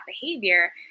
behavior